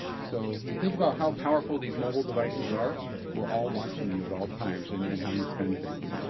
so you think about how powerful these mobile devices are we're all watching you at all times and and how you spend things.